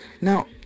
Now